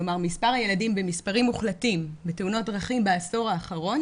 כלומר מספר הילדים במספרים מוחלטים בתאונות דרכים בעשור האחרון,